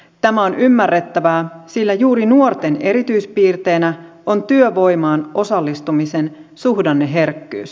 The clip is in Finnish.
tämä on ymmärrettävää sillä juuri nuorten erityispiirteenä on työvoimaan osallistumisen suhdanneherkkyys